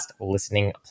listening